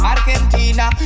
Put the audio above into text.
Argentina